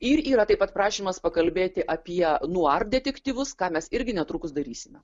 ir yra taip pat prašymas pakalbėti apie nuar detektyvus ką mes irgi netrukus darysime